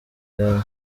yawe